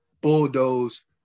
bulldoze